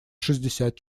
шестьдесят